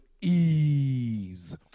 ease